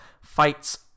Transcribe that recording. fights